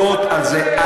ולבכות על זה,